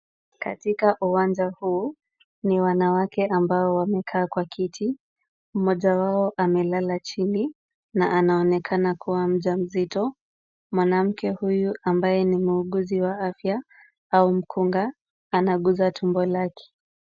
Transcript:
Katika uwanja huu, ni wanawake ambao wamekaa kwa kiti. Mmoja wao amelala chini na anaonekana kuwa mjamzito. Mwanamke huyu ambaye ni muuguzi wa afya au mkunga, anaguza tumbo lake.